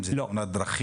אם זו תאונת דרכים?